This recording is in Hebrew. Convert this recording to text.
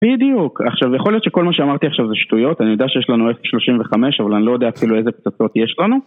בדיוק, עכשיו יכול להיות שכל מה שאמרתי עכשיו זה שטויות, אני יודע שיש לנו F35 אבל אני לא יודע כאילו איזה פצצות יש לנו.